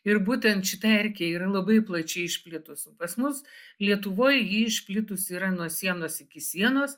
ir būtent šita erkė yra labai plačiai išplitusi pas mus lietuvoj ji išplitusi yra nuo sienos iki sienos